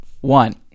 One